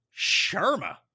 Sharma